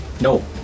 No